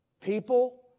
People